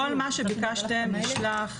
כל מה שביקשתם נשלח.